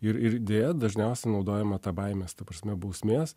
ir ir deja dažniausiai naudojama ta baimės ta prasme bausmės